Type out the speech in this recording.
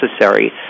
necessary